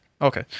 Okay